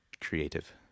creative